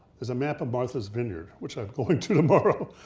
there's a map of martha's vineyard, which i'm going to tomorrow.